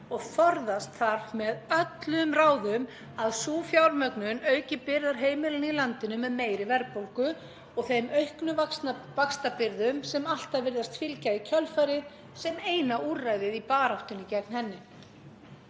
og forðast þarf með öllum ráðum að sú fjármögnun auki byrðar heimilanna í landinu með meiri verðbólgu og þeim auknu vaxtabyrðum sem alltaf virðist fylgja í kjölfarið sem eina úrræðið í baráttunni gegn henni.